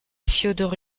fiodor